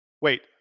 wait